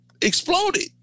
exploded